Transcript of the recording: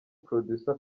producer